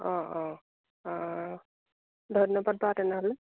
অঁ অঁ অঁ ধন্যবাদ বাৰু তেনেহ'লে